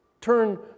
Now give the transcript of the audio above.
Turn